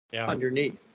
underneath